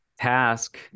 task